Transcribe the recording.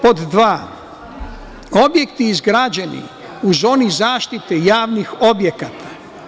Pod dva, objekti izgrađeni u zoni zaštite javnih objekata.